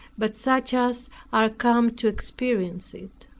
but such as are come to experience it.